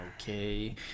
okay